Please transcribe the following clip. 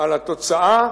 על התוצאה,